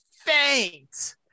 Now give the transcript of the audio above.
faint